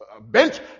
bent